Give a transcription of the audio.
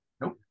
Nope